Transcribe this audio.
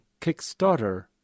Kickstarter